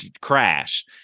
crash